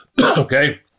okay